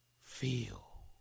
feel